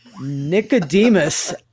Nicodemus